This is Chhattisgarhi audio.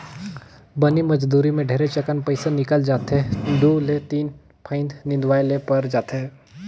बनी मजदुरी मे ढेरेच अकन पइसा निकल जाथे दु ले तीन फंइत निंदवाये ले पर जाथे